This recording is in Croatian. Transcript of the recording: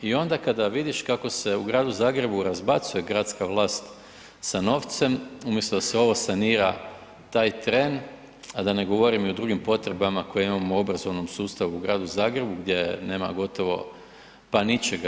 I onda kada vidiš kako se u gradu Zagrebu razbacuje gradska vlast sa novcem, umjesto da se ovo sanira taj tren, a da ne govorim o drugim potrebama koje imamo u obrazovnom sustavu u gradu Zagrebu gdje nema gotovo pa ničega.